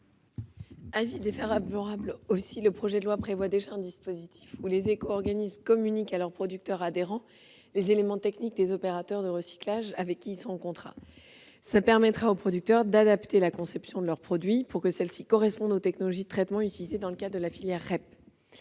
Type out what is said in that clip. à cet amendement. Le projet de loi prévoit déjà un dispositif dans lequel les éco-organismes communiquent à leurs producteurs adhérents les éléments techniques des opérateurs de recyclage avec lesquels ils sont en contrat. Cette mesure permettra aux producteurs d'adapter la conception de leurs produits pour que celle-ci corresponde aux technologies de traitement utilisées dans le cadre de la filière REP.